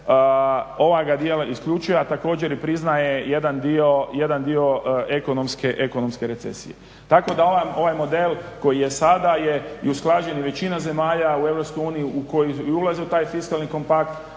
ova ga mjera isključuje a također i priznaje jedan dio ekonomske recesije. Tako da ovaj model koji je sada je i usklađen i većina zemalja u Europskoj uniji koje ulaze u taj fiskalni kompakt